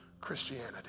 Christianity